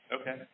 Okay